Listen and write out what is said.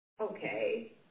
okay